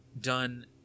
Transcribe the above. done